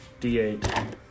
D8